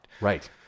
Right